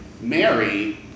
Mary